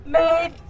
made